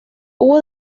hubo